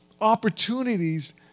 opportunities